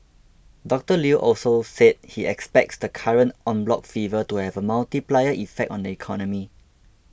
Doctor Lew also said he expects the current En bloc fever to have a multiplier effect on the economy